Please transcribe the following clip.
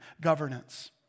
governance